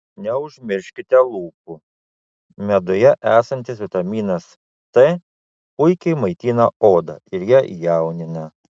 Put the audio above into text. neužmirškite lūpų meduje esantis vitaminas c puikiai maitina odą ir ją jaunina